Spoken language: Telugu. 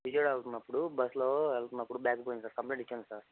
విజయవాడ వెళ్తున్నపుడు బస్సులో వెళ్తున్నపుడు బ్యాగ్గు పోయింది సార్ కంప్లయింట్ ఇచ్చాను సార్